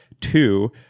two